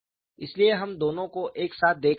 इसलिए हम दोनों को एक साथ देख रहे हैं